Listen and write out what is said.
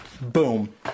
boom